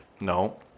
No